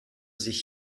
sich